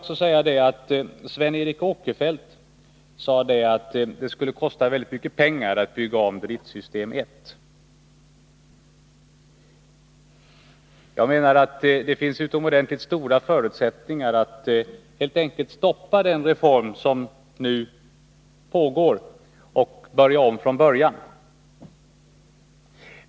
Sven Eric Åkerfeldt sade att det skulle kosta väldigt mycket pengar att bygga om driftsystem I. Jag menar att det finns stora förutsättningar att helt enkelt stoppa den reform som nu pågår och börja om från början.